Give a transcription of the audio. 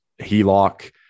HELOC